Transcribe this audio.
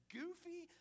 goofy